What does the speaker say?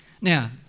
Now